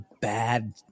bad